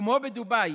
כמו בדובאי,